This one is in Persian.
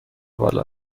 بالا